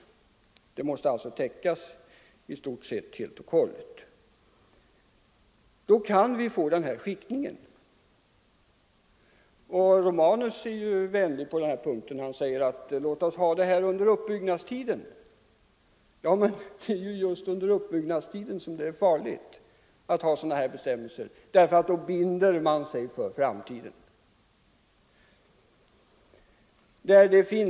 Kostnaderna måste alltså täckas helt och hållet med bidrag från det allmänna i stort sett. Och då kan vi få den här skiktningen. Herr Romanus var på den punkten mycket vänlig och sade: Låt oss ha det så här under uppbyggnadstiden. Men det är ju just under uppbyggnadstiden som det är farligt att ha sådana bestämmelser; då binder man sig nämligen för framtiden.